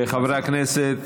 חברי הכנסת,